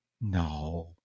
No